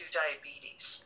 diabetes